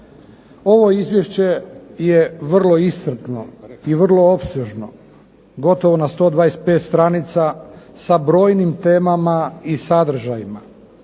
Ovo izvješće je vrlo iscrpno i vrlo opsežno, gotovo na 125 stranica sa brojnim temama i sadržajima.